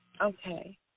Okay